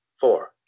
four